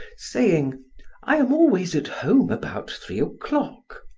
saying i am always at home about three o'clock.